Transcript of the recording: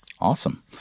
Awesome